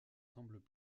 semblent